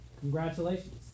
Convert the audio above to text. Congratulations